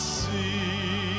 see